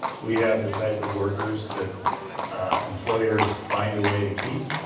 we have the type of workers that employers find a way to keep.